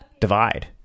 Divide